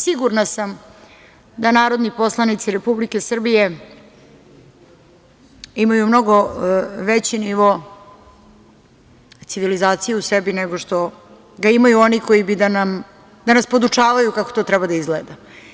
Sigurna sam da narodni poslanici Republike Srbije, imaju mnogo veći nivo civilizacije u sebi nego što ga imaju oni koji bi da nas podučavaju kako to treba da izgleda.